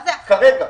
כרגע.